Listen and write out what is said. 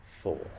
four